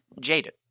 jaded